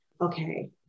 okay